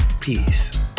Peace